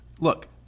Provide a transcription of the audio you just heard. Look